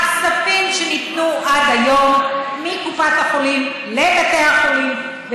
הכספים שניתנו עד היום מקופת החולים לבתי החולים,